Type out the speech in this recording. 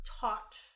taught